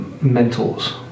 mentors